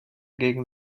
gegen